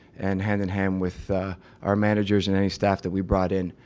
and hand in hand with our managers and any staff that we brought in.